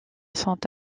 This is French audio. sont